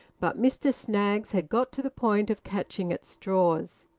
but mr snaggs had got to the point of catching at straws.